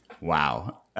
Wow